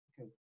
Okay